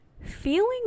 Feeling